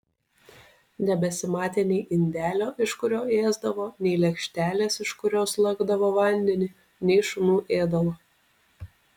nebesimatė nei indelio iš kurio ėsdavo nei lėkštelės iš kurios lakdavo vandenį nei šunų ėdalo